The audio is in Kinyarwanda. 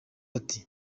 ati